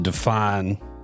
Define